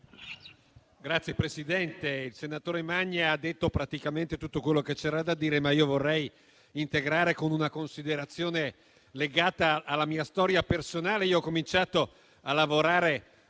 Signor Presidente, il senatore Magni ha detto praticamente tutto quello che c'era da dire, ma io vorrei integrare con una considerazione legata alla mia storia personale. Ho cominciato a lavorare